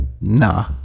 Nah